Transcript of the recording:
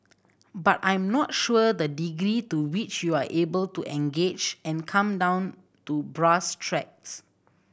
but I'm not sure the degree to which you are able to engage and come down to brass tracks